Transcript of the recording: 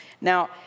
Now